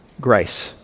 grace